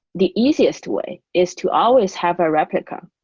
the easiest way is to always have a replica.